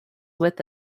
with